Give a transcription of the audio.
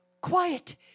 Quiet